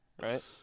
Right